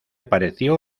pareció